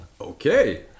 Okay